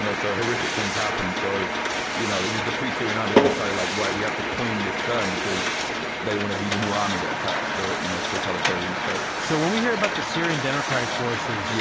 you know so horrific things happened. so you know it was the free syrian army, they decided, like right, we have to coin this term, because they want to be the new army that attacks the you know totalitarian state. so when we hear about the syrian democratic forces, yeah